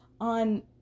on